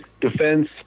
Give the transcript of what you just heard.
defense